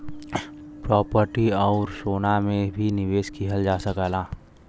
property आउर सोना में भी निवेश किहल जा सकला